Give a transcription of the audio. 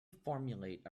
formulate